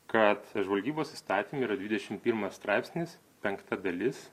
kad žvalgybos įstatyme yra dvidešim pirmas straipsnis penkta dalis